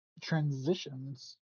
transitions